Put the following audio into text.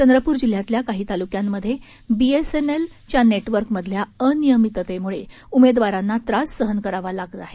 चंद्रप्र जिल्ह्यातल्या काही तालुक्यांमध्ये बीएसएनएल च्या नेटवर्क मधील अनियमिततेमुळे उमेदवारांना त्रास सहन करावा लागत आहेत